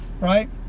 right